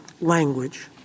language